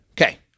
Okay